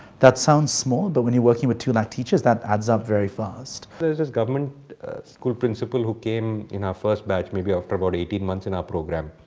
that sounds small but when you're working with two lakh teachers that adds up very fast. there was a government school principal who came in our first batch, maybe after about eighteen months in our programme.